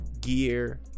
Gear